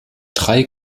drei